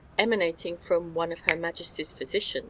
emanating from one of her majesty's physicians